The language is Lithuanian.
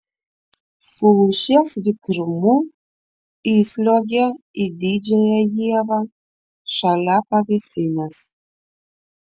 su lūšies vikrumu įsliuogė į didžiąją ievą šalia pavėsinės